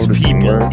people